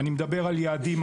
אני מדבר על יעדים,